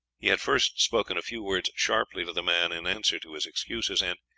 he had first spoken a few words sharply to the man in answer to his excuses, and,